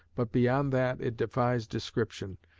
but beyond that it defies description.